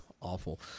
awful